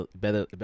better